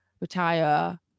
retire